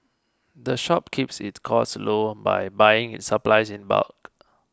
the shop keeps its costs low by buying its supplies in bulk